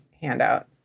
handout